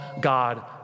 God